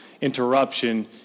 interruption